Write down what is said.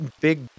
big